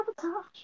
Sabotage